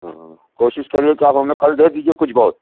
ہاں کوشش کریے کہ آپ ہمیں کل دے دیجیے کچھ بہت